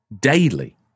daily